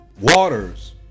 waters